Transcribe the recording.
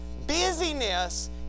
busyness